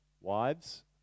wives